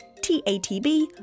TATB